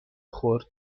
خورد